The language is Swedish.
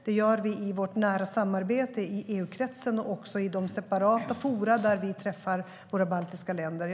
Vi gör det i vårt nära samarbete i EU-kretsen och i de separata forum där vi träffar våra baltiska kolleger.